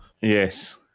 Yes